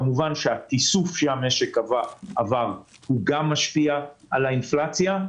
כמובן שהתיסוף שהמשק עבר גם משפיע על האינפלציה.